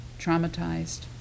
traumatized